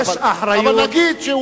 אבל, יש אחריות,